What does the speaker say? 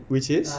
which is